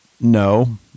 no